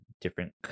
different